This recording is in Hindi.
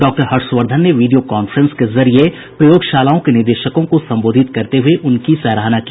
डॉ हर्षवर्धन ने वीडियो कांफ्रेंस के जरिये प्रयोगशालाओं के निदेशकों को संबोधित करते हुए उनकी सराहना की